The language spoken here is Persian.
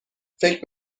فکر